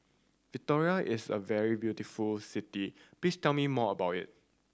Victoria is a very beautiful city please tell me more about it